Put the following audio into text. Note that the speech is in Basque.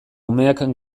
umeak